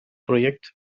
projekt